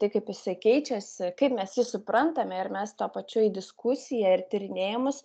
taip kaip jisai keičiasi kaip mes jį suprantame ir mes tuo pačiu į diskusiją ir tyrinėjimus